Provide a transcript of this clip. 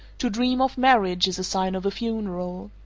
to dream of marriage is a sign of a funeral.